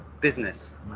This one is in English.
business